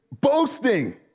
boasting